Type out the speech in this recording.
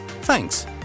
Thanks